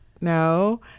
no